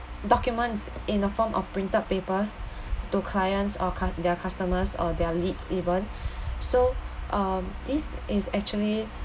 documents in the form of printed papers to clients or cus~ their customers or their leads even so um this is actually